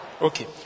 Okay